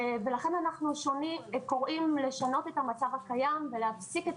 ולכן אנחנו קוראים לשנות את המצב הקיים ולהפסיק את